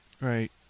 right